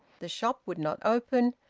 the shop would not open,